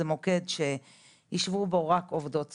זה מוקד שישבו בו רק עובדות סוציאליות.